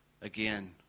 again